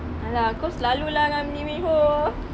!alah! kau selalu lah lee min ho